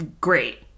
great